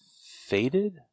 faded